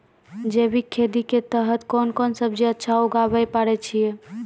जैविक खेती के तहत कोंन कोंन सब्जी अच्छा उगावय पारे छिय?